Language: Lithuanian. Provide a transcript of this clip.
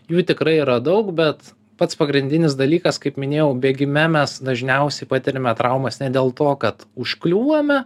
jų tikrai yra daug bet pats pagrindinis dalykas kaip minėjau bėgime mes dažniausiai patiriame traumas ne dėl to kad užkliūvame